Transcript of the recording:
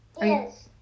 Yes